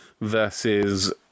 versus